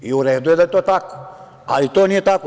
U redu je da je to tako, ali to nije tako.